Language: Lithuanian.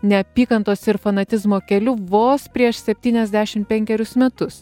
neapykantos ir fanatizmo keliu vos prieš septyniasdešimt penkerius metus